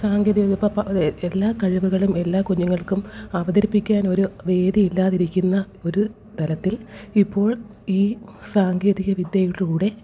സാങ്കേതിക ഇപ്പം ഇപ്പം എല്ലാ കഴിവുകളും എല്ലാ കുഞ്ഞുങ്ങള്ക്കും അവതരിപ്പിക്കാൻ ഒരു വേദി ഇല്ലാതിരിക്കുന്ന ഒരു തരത്തിൽ ഇപ്പോൾ ഈ സാങ്കേതികവിദ്യയിലൂടെ